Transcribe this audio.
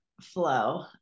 flow